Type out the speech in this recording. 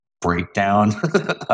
breakdown